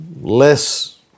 Less